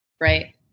Right